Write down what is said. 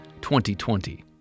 2020